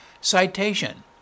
Citation